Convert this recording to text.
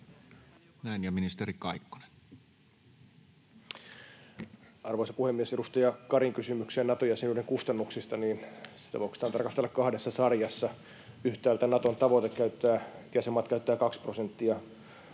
2023 Time: 15:03 Content: Arvoisa puhemies! Edustaja Karin kysymykseen Nato-jäsenyyden kustannuksista: Sitä voi oikeastaan tarkastella kahdessa sarjassa. Yhtäältä on Naton tavoite, että jäsenmaat käyttävät kaksi prosenttia